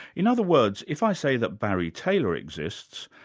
in other words, if i say that barry taylor exists,